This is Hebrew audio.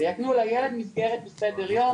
ויקנו לילד מסגרת וסדר יום.